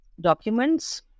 documents